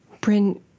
Bryn